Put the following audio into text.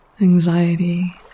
anxiety